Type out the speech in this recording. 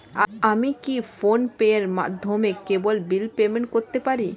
আমি কি ফোন পের মাধ্যমে কেবল বিল পেমেন্ট করতে পারি?